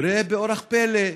וראה, באורח פלא,